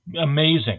amazing